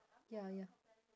ya ya